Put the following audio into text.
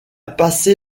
passé